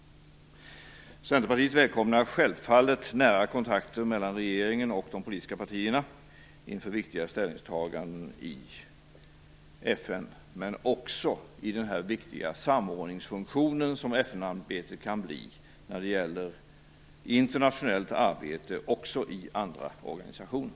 Centerpartiet välkomnar självfallet nära kontakter mellan regeringen och de politiska partierna inför viktiga ställningstaganden i FN, men även i den viktiga samordningsfunktionen som FN-arbetet kan utgöra när det gäller internationellt arbete också i andra organisationer.